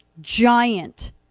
giant